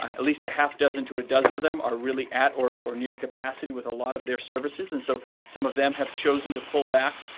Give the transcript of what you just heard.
at least a half dozen to a dozen are are really at or or near capacity with a lot of their services, and so some of them have chosen to pull back.